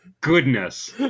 Goodness